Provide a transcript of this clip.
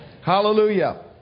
Hallelujah